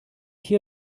hier